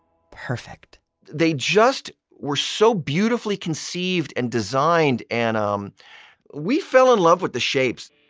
perfect they just were so beautifully conceived and designed, and um we fell in love with the shapes.